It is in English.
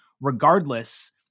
regardless